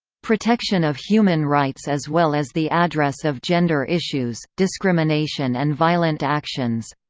protection of human rights as well as the address of gender issues, discrimination and violent actions